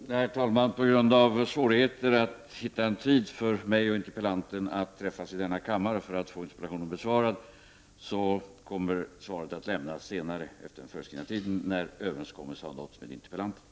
Herr talman! På grund av svårigheter att hitta en tid för mig och interpellanten att träffas i denna kammare kommer jag att lämna svaret på interpellationen senare, efter den föreskrivna tiden, när överenskommelse har nåtts med interpellanten.